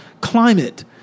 climate